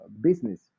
business